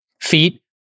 feet